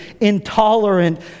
intolerant